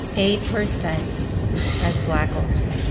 eight percent as black only.